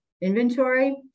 inventory